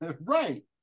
Right